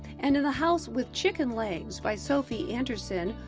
and in the house with chicken legs by sophie anderson,